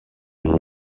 was